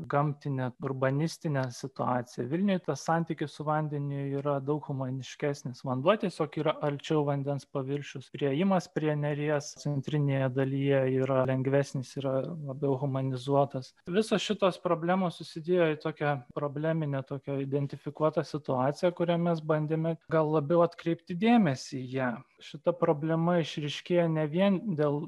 gamtine urbanistine situacija vilniuje tuos santykis su vandeniu yra daug humaniškesnis vanduo tiesiog yra arčiau vandens paviršius priėjimas prie neries centrinėje dalyje yra lengvesnis yra labiau humanizuotas visos šitos problemos susidėjo į tokią probleminę tokią identifikuotą situaciją kurią mes bandėme gal labiau atkreipti dėmesį į ją šita problema išryškėja ne vien dėl